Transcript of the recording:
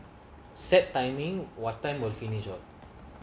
sat timing what time will finish what